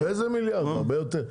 הרבה יותר.